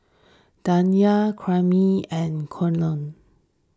Danyel Karyme and Keion